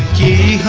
da